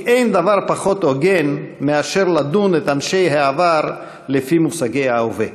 כי אין דבר פחות הוגן מאשר לדון את אנשי העבר לפי מושגי ההווה,